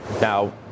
Now